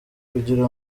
kugira